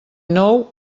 nou